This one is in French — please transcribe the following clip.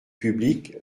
public